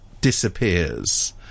disappears